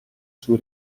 sui